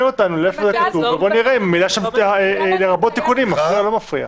אותנו איפה זה כתוב ובוא נראה אם "לרבות תיקונים" מפריע או לא מפריע.